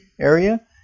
area